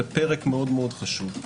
זה פרק מאוד חשוב.